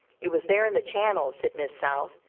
it was there in the channel, said miss south,